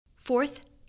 Fourth